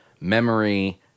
memory